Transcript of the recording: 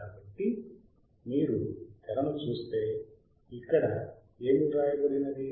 కాబట్టి మీరు తెరను చూస్తే అక్కడ ఏమి వ్రాయబడినది